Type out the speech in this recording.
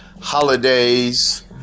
holidays